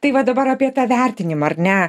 tai va dabar apie tą vertinimą ar ne